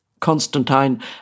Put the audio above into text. Constantine